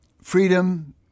Freedom